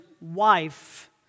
wife